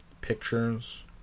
pictures